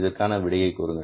இதற்கான விடையை கூறுங்கள்